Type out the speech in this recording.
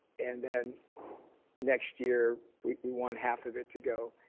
and then next year we want half of it to go.